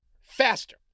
faster